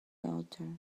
daughter